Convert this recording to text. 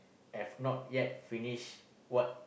have not yet finished what